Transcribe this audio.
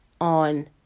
on